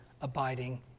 abiding